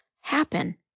happen